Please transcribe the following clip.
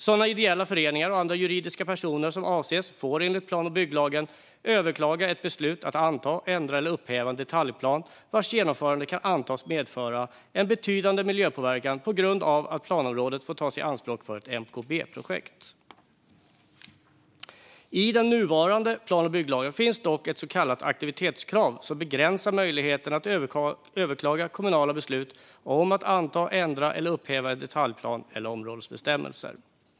Sådana ideella föreningar och andra juridiska personer som avses får enligt plan och bygglagen överklaga ett beslut att anta, ändra eller upphäva en detaljplan vars genomförande kan antas medföra en betydande miljöpåverkan på grund av att planområdet får tas i anspråk för ett MKB projekt. I den nuvarande plan och bygglagen finns dock ett så kallat aktivitetskrav som begränsar möjligheten att överklaga kommunala beslut om att anta, ändra eller upphäva en detaljplan eller områdesbestämmelser.